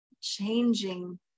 changing